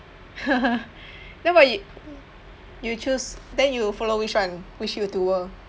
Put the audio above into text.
then what you you choose then you follow which one which youtuber